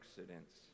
accidents